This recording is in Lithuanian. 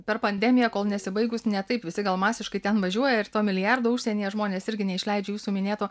per pandemiją kol nesibaigus ne taip visi gal masiškai ten važiuoja ir to milijardo užsienyje žmonės irgi neišleidžia jūsų minėto